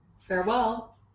Farewell